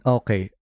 okay